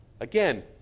Again